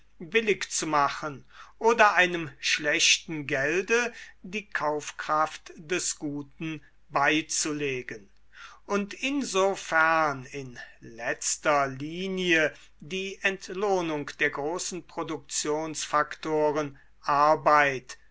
billig zu machen oder einem schlechten gelde die kaufkraft des guten beizulegen und insofern in letzter linie die entlohnung der großen produktionsfaktoren arbeit